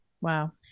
Wow